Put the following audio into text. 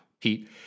Pete